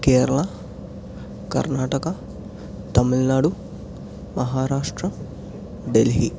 Kerala Karnataka Tamil Nadu Maharashtra Delhi